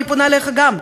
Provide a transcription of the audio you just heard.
אני פונה אליך גם,